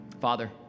Father